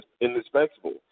indispensable